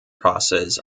process